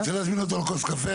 אתה רוצה להזמין אותו לכוס קפה?